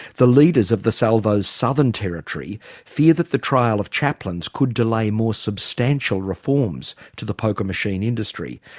the leaders of the salvos southern territory fear that the trial of chaplains could delay more substantial reforms to the poker machine industry.